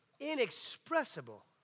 inexpressible